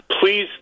Please